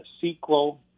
sequel